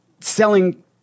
selling